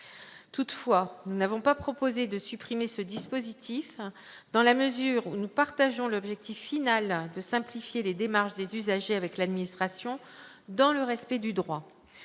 Toutefois, nous n'avons pas proposé de supprimer ce dispositif, dans la mesure où nous partageons l'objectif final de simplifier les relations des usagers avec l'administration dans le respect du droit.